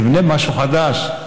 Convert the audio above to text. תבנה משהו חדש,